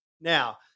Now